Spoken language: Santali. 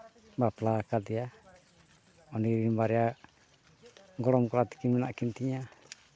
ᱵᱟᱯᱞᱟ ᱠᱟᱫᱮᱭᱟ ᱩᱱᱤ ᱨᱮᱱ ᱵᱟᱨᱭᱟ ᱜᱚᱲᱚᱢ ᱠᱚᱲᱟ ᱛᱟᱹᱠᱤᱱ ᱢᱮᱱᱟᱜ ᱠᱤᱱ ᱛᱤᱧᱟᱹ